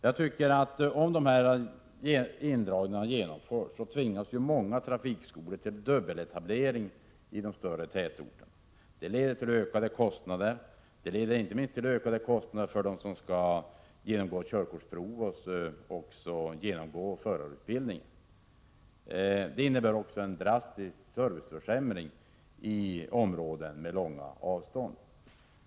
Om dessa ” indragningar genomförs, tvingas många trafikskolor till dubbeletablering på de större tätorterna. Det medför ökade kostnader, inte minst för dem som skall genomgå förarutbildning och körkortsprov. Det skulle också medföra en drastisk serviceförsämring i områden med stora avstånd.